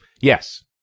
Yes